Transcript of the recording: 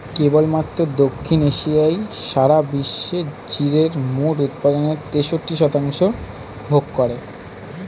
কেবলমাত্র দক্ষিণ এশিয়াই সারা বিশ্বের জিরের মোট উৎপাদনের তেষট্টি শতাংশ ভোগ করে